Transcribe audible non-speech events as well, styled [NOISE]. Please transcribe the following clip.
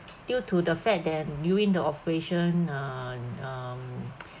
due to the fact that during the operation um um [NOISE]